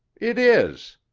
it is!